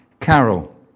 carol